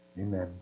Amen